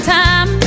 time